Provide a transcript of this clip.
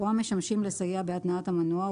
או המשמשים לסייע בהתנעת המנוע,